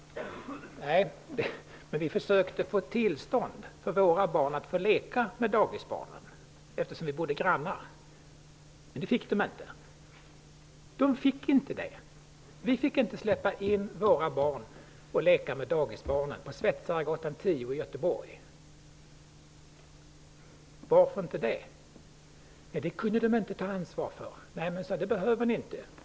Eftersom vi bodde grannar försökte vi få tillstånd för våra barn att leka med dagisbarnen, men det fick de inte. Vi fick inte släppa in våra barn för att leka med dagisbarnen på Svetsaregatan 10 i Göteborg! Varför inte det? Nej, det kunde de inte ta ansvar för. Nej, sade jag, det behöver ni inte.